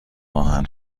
آهن